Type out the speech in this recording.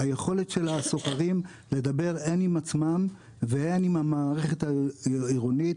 היכולת של הסוחרים לדבר הן עם עצמם והן עם המערכת העירונית,